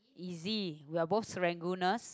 easy we are both Serangooners